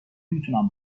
میتونم